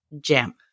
jam